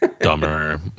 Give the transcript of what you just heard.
dumber